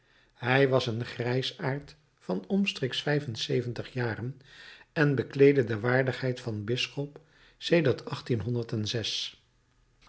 hij was een grijsaard van omstreeks vijf en zeventig jaren en bekleedde de waardigheid van bisschop sedert